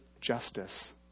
justice